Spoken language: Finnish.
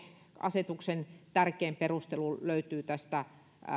asetuksen tärkein perustelu löytyy tämän